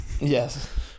Yes